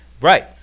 Right